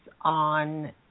on